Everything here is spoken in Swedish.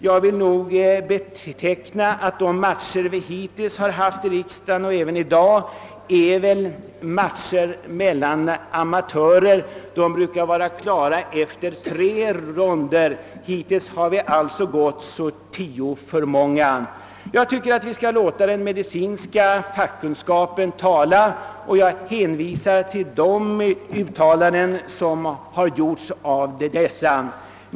Jag vill nog beteckna de matcher vi hittills haft i riksdagen och även den i dag som matcher mellan amatörer. De brukar vara klara efter tre ronder. Hittills har vi alltså gått tio för många. Vi bör låta den medicinska fackkunskapen tala, och jag hänvisar till de uttalanden som gjorts av denna.